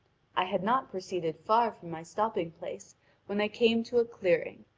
i had not proceeded far from my stopping-place when i came to a clearing,